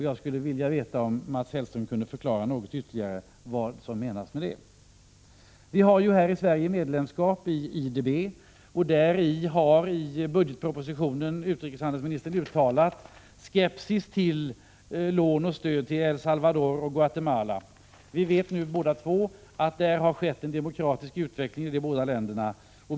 Jag skulle vilja veta om Mats Hellström kan förklara något ytterligare vad som menas med det. Sverige har medlemskap i IDB, och utrikeshandelsministern har i budgetpropositionen uttalat skepsis till lån och stöd till EI Salvador och Guatemala. Vi vet nu båda två att det har skett en demokratisk utveckling i de båda länderna.